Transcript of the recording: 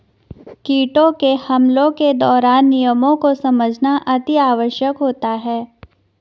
कीटों के हमलों के दौरान नियमों को समझना अति आवश्यक होता है